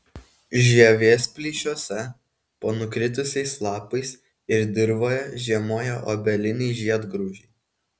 žievės plyšiuose po nukritusiais lapais ir dirvoje žiemoja obeliniai žiedgraužiai